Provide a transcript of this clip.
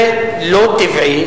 זה לא טבעי,